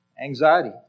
anxiety